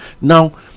Now